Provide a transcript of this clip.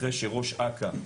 אחרי שראש אכ"א,